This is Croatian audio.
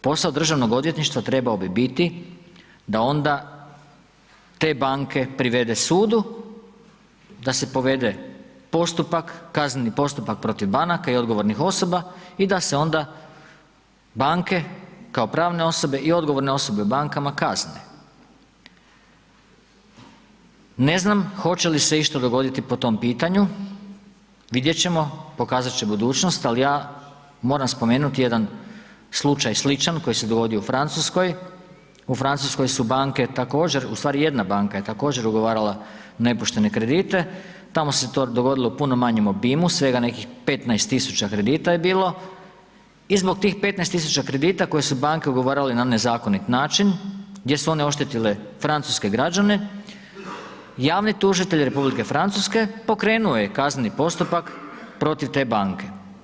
Posao državnog odvjetništva trebao bi biti da onda te banke privede sudu, da se povede postupak, kazneni postupak protiv banaka i odgovornih osoba, i da se onda banke kao pravne osobe i odgovorne osobe u bankama kazne, ne znam hoće li se išta dogoditi po tom pitanju, vidjet ćemo, pokazat će budućnost, al ja moram spomenut jedan slučaj sličan koji se dogodio u Francuskoj, u Francuskoj su banke također, u stvari jedna banka je također ugovarala nepoštene kredite, tamo se to dogodilo u puno manjem obimu, svega nekih 15000 kredita je bilo i zbog tih 15000 kredita koje su banke ugovarale na nezakonit način, gdje su one oštetile francuske građane, javni tužitelj Republike Francuske pokrenuo je kazneni postupak protiv te banke.